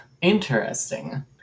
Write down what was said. interesting